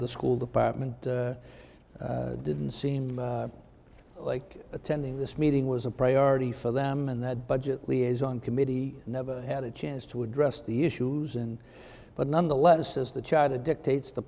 the school department didn't seem like attending this meeting was a priority for them and that budget liaison committee never had a chance to address the issues in but nonetheless as the charter dictates the